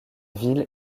ville